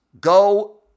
go